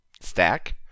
stack